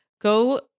Go